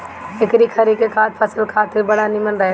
एकरी खरी के खाद फसल खातिर बड़ा निमन रहेला